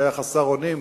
שהיה חסר אונים